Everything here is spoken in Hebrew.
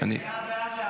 ניוד מידע רפואי,